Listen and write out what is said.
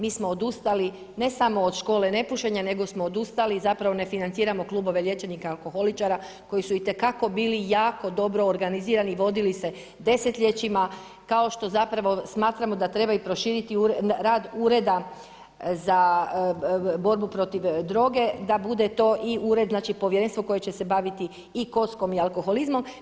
Mi smo odustali ne samo od škole nepušenja, nego smo odustali zapravo ne financiramo klubove liječenih alkoholičara koji su itekako bili jako dobro organizirani i vodili se desetljećima, kao što smatramo da treba proširiti rad Ureda za borbu protiv droge da bude to i ured znači povjerenstvo koje će se baviti i kockom i alkoholizmom.